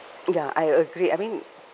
ya I agree I mean